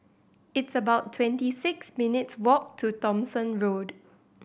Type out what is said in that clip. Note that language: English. it's about twenty six minutes' walk to Thomson Road